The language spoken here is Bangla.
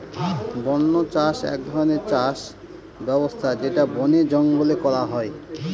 বন্য চাষ এক ধরনের চাষ ব্যবস্থা যেটা বনে জঙ্গলে করা হয়